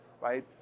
right